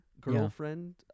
girlfriend